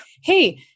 Hey